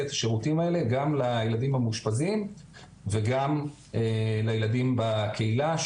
את השירותים האלה גם לילדים המאושפזים וגם לילדים בקהילה.